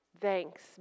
Thanks